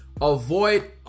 avoid